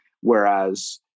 whereas